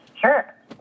Sure